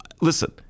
listen